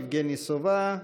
יבגני סובה,